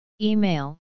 Email